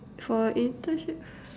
for internship